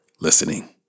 listening